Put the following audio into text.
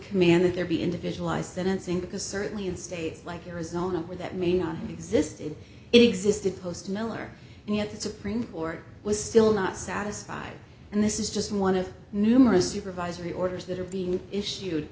command that there be individualized that insane because certainly in states like arizona where that may not exist it existed post miller and yet the supreme court was still not satisfied and this is just one of numerous supervisory orders that are being issued